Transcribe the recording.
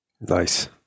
Nice